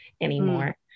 anymore